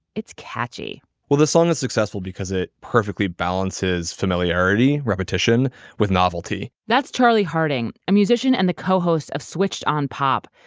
it's catchy well, the song is successful because it perfectly balances familiarity, repetition with novelty that's charlie harding, a musician and the cohost of switched on pop,